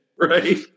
right